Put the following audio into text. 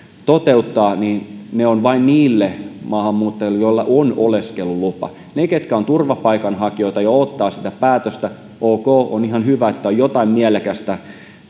toteuttaa ovat vain niille maahanmuuttajille joilla on oleskelulupa niille ketkä ovat turvapaikanhakijoita ja odottavat sitä päätöstä on ok ihan hyvä että on jotain mielekästä